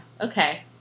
Okay